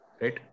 right